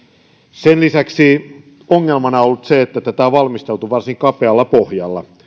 sen lisäksi ongelmana on ollut se että tätä on valmisteltu varsin kapealla pohjalla